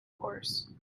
horse